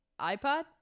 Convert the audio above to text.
iPod